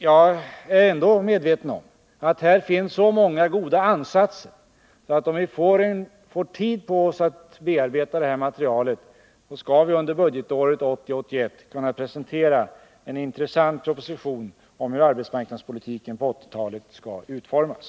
Jag är dock medveten om att det här finns så många goda ansatser att om vi får tid på oss att bearbeta detta material vi under budgetåret 1980/81 skall kunna presentera en intressant proposition om hur arbetsmarknadspolitiken på 1980-talet skall utformas.